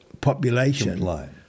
population